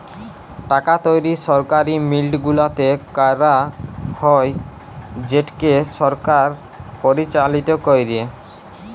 টাকা তৈরি সরকারি মিল্ট গুলাতে ক্যারা হ্যয় যেটকে সরকার পরিচালিত ক্যরে